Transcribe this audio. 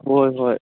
ꯍꯣꯏ ꯍꯣꯏ